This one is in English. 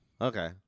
okay